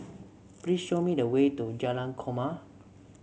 please show me the way to Jalan Korma